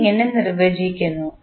എന്നിങ്ങനെ നിർവചിച്ചിരിക്കുന്നു